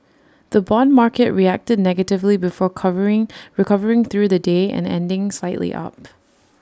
the Bond market reacted negatively before covering recovering through the day and ending slightly up